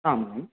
आम् आम्